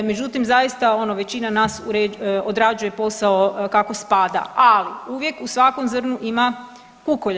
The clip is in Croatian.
Međutim zaista ono većina nas odrađuje posao kako spada, ali uvijek u svakom zrnu ima kukolja.